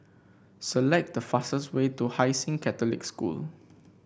select the fastest way to Hai Sing Catholic School